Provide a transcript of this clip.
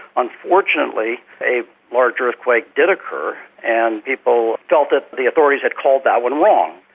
unfortunately a large earthquake did occur and people felt that the authorities had called that one wrong.